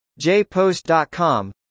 JPost.com